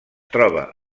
troba